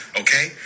okay